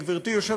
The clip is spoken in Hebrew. גברתי היושבת-ראש,